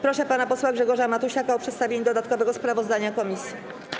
Proszę pana posła Grzegorza Matusiaka o przedstawienie dodatkowego sprawozdania komisji.